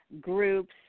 groups